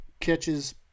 catches